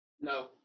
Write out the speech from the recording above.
No